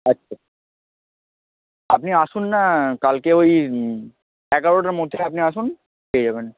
আচ্ছা আপনি আসুন না কালকে ওই এগারোটার মধ্যে আপনি আসুন পেয়ে যাবেন